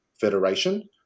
federation